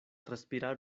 respirar